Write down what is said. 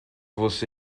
você